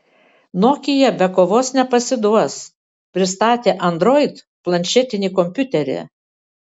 nokia be kovos nepasiduos pristatė android planšetinį kompiuterį